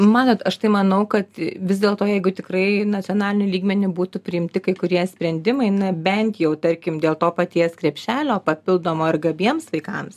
manot aš tai manau kad vis dėlto jeigu tikrai nacionaliniu lygmeniu būtų priimti kai kurie sprendimai na bent jau tarkim dėl to paties krepšelio papildomo ir gabiems vaikams